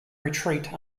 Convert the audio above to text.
retreat